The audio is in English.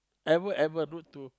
ever ever rude to